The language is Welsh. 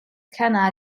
cynnar